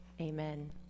Amen